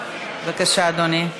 בבקשה, אדוני.